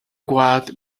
guard